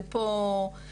זה פה.